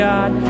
God